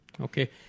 Okay